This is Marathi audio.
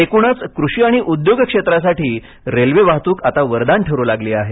एकूणच कृषी आंणि उद्योग क्षेत्रासाठी रेल्वे वाहतुक आता वरदान ठरू लागली आहे